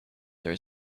there